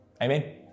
Amen